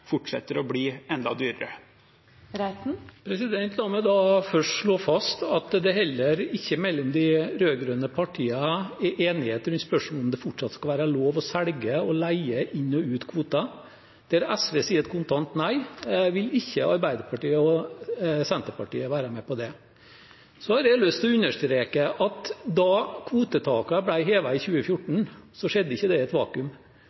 fortsetter å bli enda høyere? La meg da først slå fast at det heller ikke mellom de rød-grønne partiene er enighet rundt spørsmålet om det fortsatt skal være lov å selge, leie eller leie ut kvoter. Der SV sier et kontant nei, vil ikke Arbeiderpartiet og Senterpartiet være med. Så har jeg lyst til å understreke at da kvotetakene ble hevet i 2014, skjedde det ikke i et vakuum.